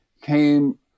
came